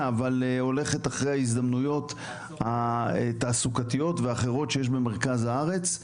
אבל הולכת אחרי הזדמנויות תעסוקתיות ואחרות שיש במרכז הארץ.